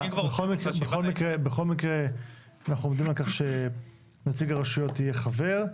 בכל מקרה אנחנו עומדים על כך שנציג הרשויות יהיה חבר.